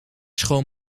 schoon